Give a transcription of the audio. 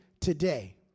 today